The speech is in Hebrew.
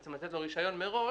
בעצם לתת לו רישיון מראש,